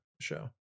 show